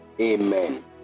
Amen